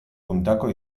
puntako